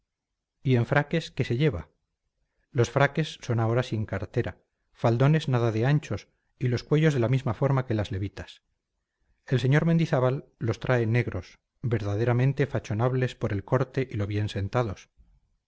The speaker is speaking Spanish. en fraques qué se lleva los fraques son ahora sin cartera faldones nada de anchos y los cuellos de la misma forma que las levitas el sr mendizábal los trae negros verdaderamente fachonables por el corte y lo bien sentados